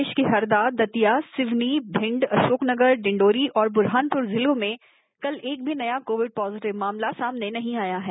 प्रदेश के हरदा दतियाि सवनी भिंड अशोकनगर डिंडोरी और बुरहानपुर जिलों में कल एक भी नया कोविड पॉजिटिव मामला सामने नहीं आया है